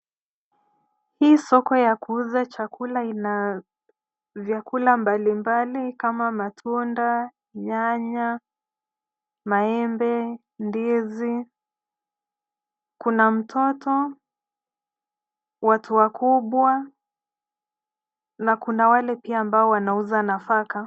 Hii soko ya kuuza chakula ina vyakula mbalimbali kama matunda, nyanya, maembe, ndizi. Kuna mtoto, watu wakubwa na kuna wale pia ambao wanauza nafaka.